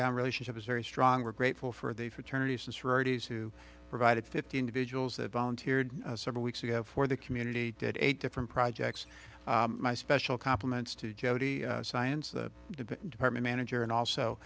town relationship is very strong we're grateful for the fraternities and sororities who provided fifty individuals that volunteered several weeks ago for the community did eight different projects my special compliments to jody science debate department manager and also